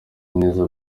neza